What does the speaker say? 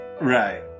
right